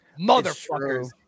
Motherfuckers